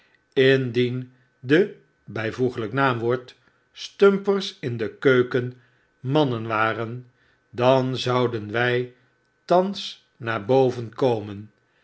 indien de byvl n w stumpers in de keuken mannen waren dan zouden zy thans naar boven komen